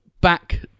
back